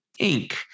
Inc